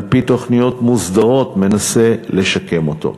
על-פי תוכניות מוסדרות, מנסה לשקם אותו.